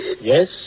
Yes